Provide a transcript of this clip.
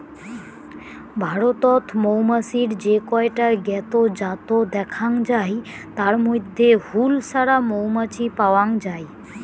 ভারতত মৌমাছির যে কয়টা জ্ঞাত জাত দ্যাখ্যাং যাই তার মইধ্যে হুল ছাড়া মৌমাছি পাওয়াং যাই